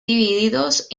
divididos